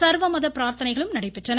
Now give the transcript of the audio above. சர்வமத பிரார்த்தனைகளும் நடைபெற்றன